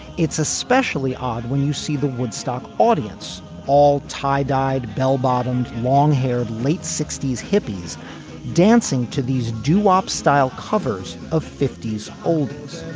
it's especially odd when you see the woodstock audience all tie dyed bell bottoms long haired late sixty s hippies dancing to these doo wop style covers of fifty s oldies